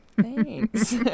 Thanks